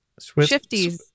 shifties